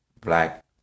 Black